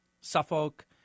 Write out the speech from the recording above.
Suffolk